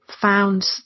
found